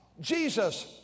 Jesus